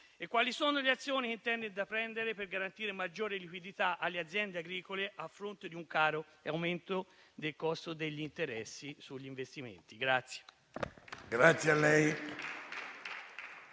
quali sono le azioni che intende intraprendere per garantire maggiore liquidità alle aziende agricole a fronte dell'aumento del costo degli interessi sugli investimenti.